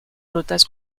rutas